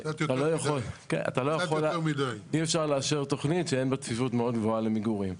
אי אפשר לאפשר תוכנית שאין בה צפיפות מאוד גבוהה למגורים.